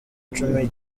cumi